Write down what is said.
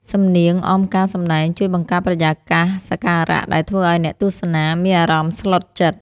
សំនៀងអមការសម្ដែងជួយបង្កើតបរិយាកាសសក្ការៈ ដែលធ្វើឱ្យអ្នកទស្សនាមានអារម្មណ៍ស្លុតចិត្ត។